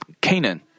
Canaan